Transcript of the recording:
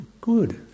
good